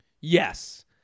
Yes